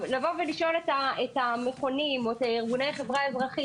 לשאול את המכונים או את ארגוני החברה האזרחית